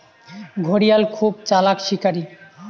ঘড়িয়াল খুব চালাক শিকারী